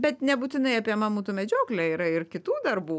bet nebūtinai apie mamutų medžioklę yra ir kitų darbų